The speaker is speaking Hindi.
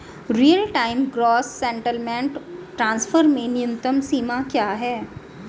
Real time gross settlement transfer में न्यूनतम सीमा क्या है?